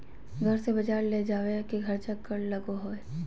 घर से बजार ले जावे के खर्चा कर लगो है?